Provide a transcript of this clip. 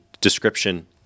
description